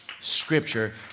scripture